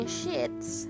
shits